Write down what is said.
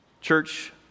Church